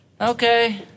Okay